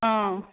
অঁ